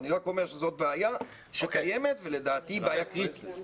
אני רק אומר שזו בעיה שקיימת ולדעתי בעיה קריטית.